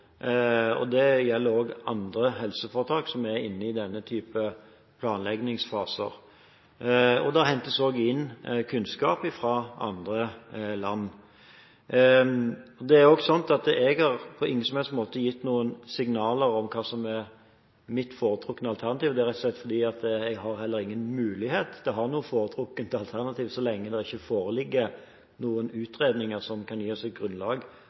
Det gjelder også andre helseforetak, som er inne i slike planleggingsfaser. Det hentes også inn kunnskap fra andre land. Det er også sånn at jeg ikke har gitt noen som helst slags signaler om hva som er mitt foretrukne alternativ. Det er rett og slett fordi jeg har heller ingen mulighet til å ha noe foretrukket alternativ så lenge det ikke foreligger noen utredninger som kan gi meg grunnlag